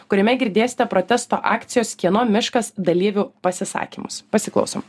kuriame girdėsite protesto akcijos kieno miškas dalyvių pasisakymus pasiklausom